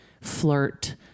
flirt